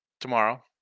tomorrow